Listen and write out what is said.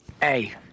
Hey